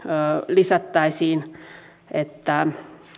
lisättäisiin että